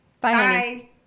Bye